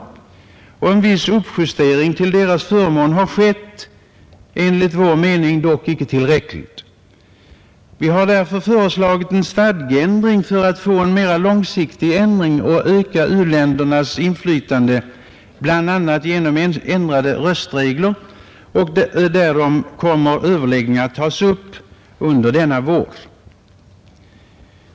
En viss uppjustering till deras förmån har skett, men enligt vår mening är den inte tillräcklig. Sverige har därför föreslagit en stadgeändring för att få en mer långsiktig ändring och öka u-ländernas inflytande, bl.a. genom ändrade röstregler. Överläggningar härom skall tas upp under denna vår.